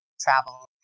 travel